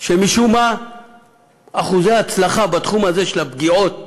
שמשום מה אחוזי ההצלחה בתחום הזה, של הפגיעות,